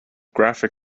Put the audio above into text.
graphic